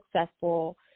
successful